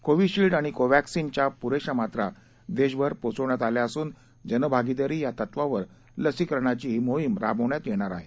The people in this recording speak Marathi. कोविशिल्ड आणि कोवॅक्सिन च्या पुरेशा मात्रा देशभर पोहचवण्यात आल्या असून जनभागिदारी या तत्वावर लसीकरणाची ही मोहिम राबवण्यात येणार आहे